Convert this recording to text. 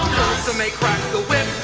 so may crack the whip,